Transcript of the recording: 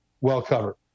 well-covered